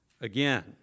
again